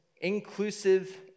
inclusive